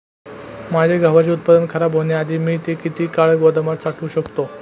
माझे गव्हाचे उत्पादन खराब होण्याआधी मी ते किती काळ गोदामात साठवू शकतो?